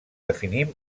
definim